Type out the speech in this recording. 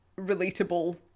relatable